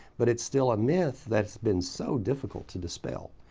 but it's still a myth that's been so difficult to dispel.